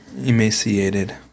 emaciated